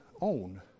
own